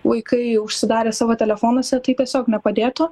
vaikai užsidarę savo telefonuose tai tiesiog nepadėtų